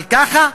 אבל ככה?